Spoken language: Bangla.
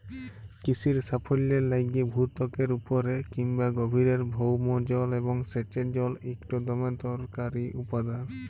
কিসির সাফল্যের লাইগে ভূত্বকের উপরে কিংবা গভীরের ভওম জল এবং সেঁচের জল ইকট দমে দরকারি উপাদাল